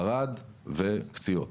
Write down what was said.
ערד וקציעות.